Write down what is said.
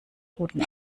guten